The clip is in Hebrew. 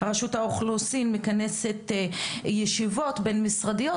רשות האוכלוסין מכנסת ישיבות בין משרדיות,